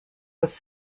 was